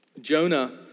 Jonah